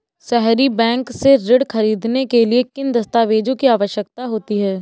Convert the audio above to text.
सहरी बैंक से ऋण ख़रीदने के लिए किन दस्तावेजों की आवश्यकता होती है?